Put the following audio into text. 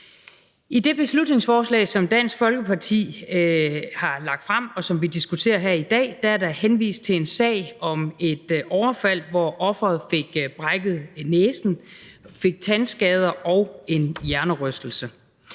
I det beslutningsforslag, som Dansk Folkeparti har lagt frem, og som vi diskuterer her i dag, er der henvist til en sag om et overfald, hvor offeret fik brækket næsen, fik tandskader og en hjerneystelse.